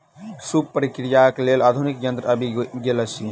सूप प्रक्रियाक लेल आधुनिक यंत्र आबि गेल अछि